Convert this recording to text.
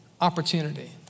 opportunity